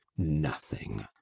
nothing!